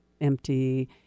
empty